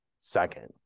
second